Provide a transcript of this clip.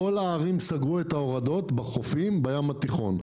כל הערים סגרו את ההורדות בחופים בים התיכון.